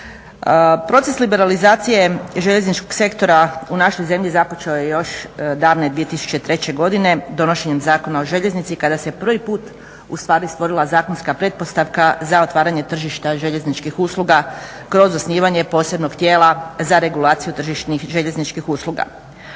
Proces liberalizacije željezničkog sektora u našoj zemlji započeo je još davne 2003. godine donošenjem Zakona o željeznici i kada se prvi put ustvari stvorila zakonska pretpostavka za otvaranje tržišta željezničkih usluga kroz osnivanje posebnog tijela za regulaciju tržišnih, željezničkih usluga.